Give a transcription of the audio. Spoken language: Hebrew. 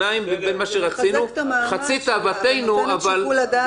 לעבריינים שביצעו לפני 15 שנה פשע חמור,